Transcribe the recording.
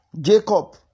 Jacob